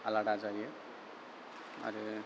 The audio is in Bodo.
आलादा जायो आरो